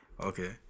Okay